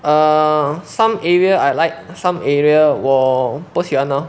err some area I like some area 不喜欢